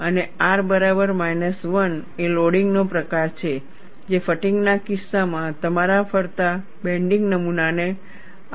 અને R બરાબર minus 1 એ લોડિંગનો પ્રકાર છે જે ફટીગ ના કિસ્સામાં તમારા ફરતા બેન્ડિંગ નમૂનાને આપવામાં આવે છે